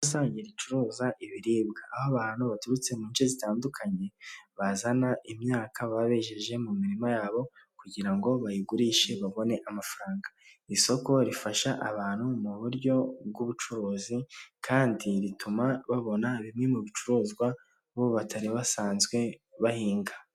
Isoko rusange ricuruza ibiribwa aho abantu baturutse muce zitandukanye, bazana imyaka bagejeje mu mirima yabo, kugira ngo bayigurishe babone amafaranga, isoko rifasha abantu mu buryo bw'ubucuruzi, kandi rituma babona bimwe mu bicuruzwa, bo batari basanzwe bahinga.